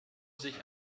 sich